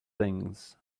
things